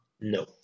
No